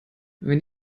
wenn